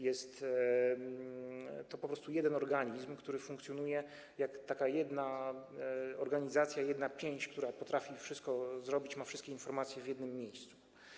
Jest to po prostu jeden organizm, który funkcjonuje jak taka jedna organizacja, jedna pięść, która potrafi wszystko zrobić, ma wszystkie informacje w jednym miejscu.